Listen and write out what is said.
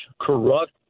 corrupt